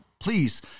Please